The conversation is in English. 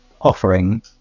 offering